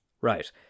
Right